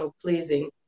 pleasing